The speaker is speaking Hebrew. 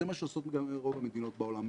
זה מה שעושות רוב המדינות בעולם.